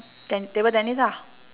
then table tennis ah